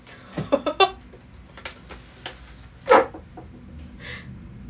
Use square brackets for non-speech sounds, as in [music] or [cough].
[laughs]